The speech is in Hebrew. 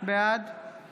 בעד